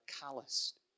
calloused